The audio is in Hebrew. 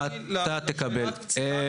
ולא להתגונן